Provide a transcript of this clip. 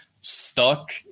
stuck